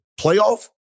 Playoff